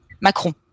Macron